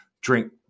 drink